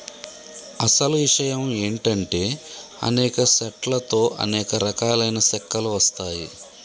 అసలు ఇషయం ఏంటంటే అనేక సెట్ల తో అనేక రకాలైన సెక్కలు వస్తాయి